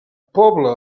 poble